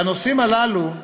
בנושאים הללו,